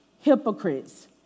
hypocrites